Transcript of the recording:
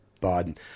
Biden